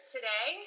Today